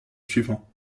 suivant